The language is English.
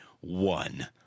one